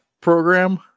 program